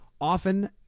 often